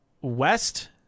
West